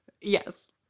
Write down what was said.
Yes